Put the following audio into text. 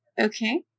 Okay